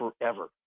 forever